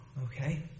Okay